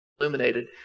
illuminated